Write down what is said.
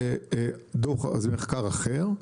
זה מחקר אחר,